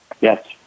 Yes